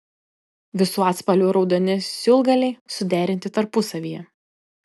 visų atspalvių raudoni siūlgaliai suderinti tarpusavyje